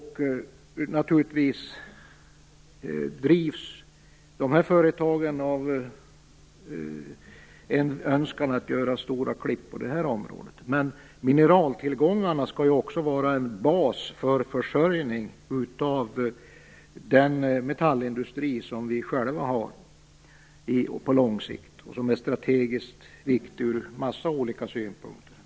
Dessa företag drivs naturligtvis av en önskan att göra stora klipp på det här området. Men mineraltillgångarna skall också vara en bas för försörjning av den metallindustri som vi själva har och som är strategiskt viktig från många olika synpunkter.